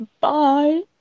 bye